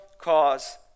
cause